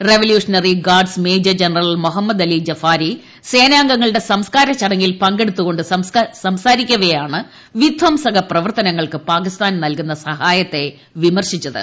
revolutionary Guards Major General Mohammad Ali Jafari സേനാംഗങ്ങളുടെ സംസ്ക്കാര ചടങ്ങിൽ പങ്കെടുത്തുകൊണ്ട് സംസാരിക്കവെയാണ് വിധംസക പ്രവർത്തനങ്ങൾക്ക് പാകിസ്ഥാൻ നൽകുന്ന സഹായത്തെ അദ്ദേഹം വിമർശിച്ചത്